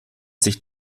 sich